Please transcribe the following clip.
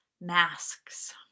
masks